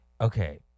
Okay